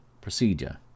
procedure